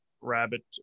rabbit